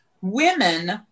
women